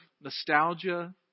nostalgia